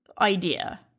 idea